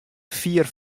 fier